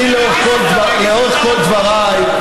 לאורך כל דבריי,